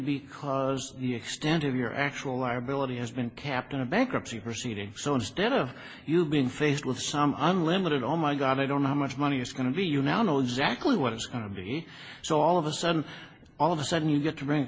because you extent of your actual liability has been kept in a bankruptcy proceeding so instead of you being faced with some unlimited oh my god i don't know how much money is going to be you now know exactly what it's going to be so all of a sudden all of a sudden you get to bring